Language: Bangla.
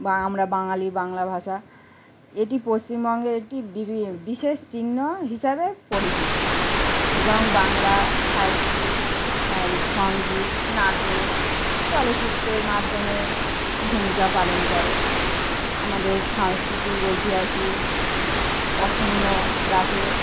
বা আমরা বাঙালি বাংলা ভাষা এটি পশ্চিমবঙ্গের একটি বিভি বিশেষ চিহ্ন হিসাবে পরিচিত এবং বাংলা সাহিত্যিক সন সঙ্গীত নাটক চলচ্চিত্রের মাধ্যমে ভূমিকা পালন করে আমাদের সাংস্কৃতিক ঐতিহাসিক অক্ষুণ্ণ রাখে